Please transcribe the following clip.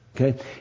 okay